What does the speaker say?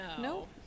Nope